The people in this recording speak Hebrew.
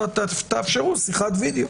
תאפשרו שיחת וידיאו.